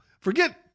forget